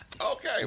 Okay